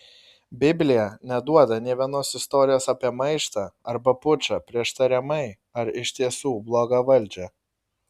biblija neduoda nė vienos istorijos apie maištą arba pučą prieš tariamai ar iš tiesų blogą valdžią